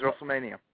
WrestleMania